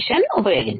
ఉపయోగించాలి